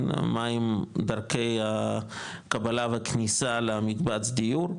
מהם דרכי הקבלה והכניסה למקבץ דיור,